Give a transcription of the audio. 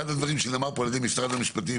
אחד הדברים שנאמרו פה על ידי משרד המשפטים,